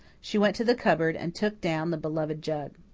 she went to the cupboard and took down the beloved jug.